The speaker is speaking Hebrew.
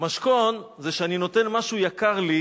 משכון זה כשאני נותן משהו יקר לי